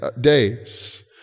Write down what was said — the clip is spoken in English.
days